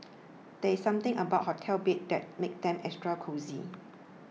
there's something about hotel beds that makes them extra cosy